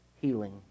healing